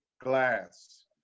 glass